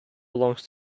belongs